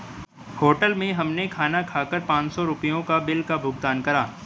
hotel में हमने खाना खाकर पाँच सौ रुपयों के बिल का भुगतान करा